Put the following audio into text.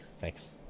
thanks